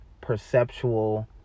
perceptual